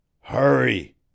Hurry